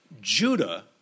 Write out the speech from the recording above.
Judah